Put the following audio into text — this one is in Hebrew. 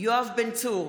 יואב בן צור,